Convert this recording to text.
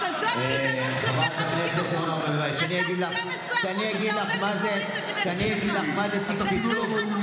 אז זאת גזענות כלפי 50%. למה הסתה נגד נשים זאת לא הסתה?